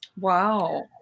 Wow